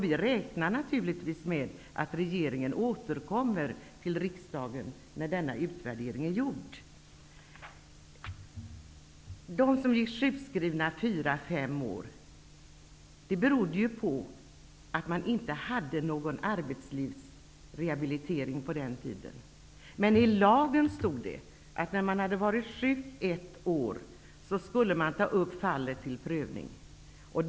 Vi räknar naturligtvis med att regeringen återkommer till riksdagen när denna utvärdering är gjord. När människor gick sjukskrivna i 4--5 år, berodde det på att det inte fanns någon arbetslivsrehabilitering på den tiden. I lagen stod det att fall där människor hade varit sjuka i ett år skulle tas upp till prövning.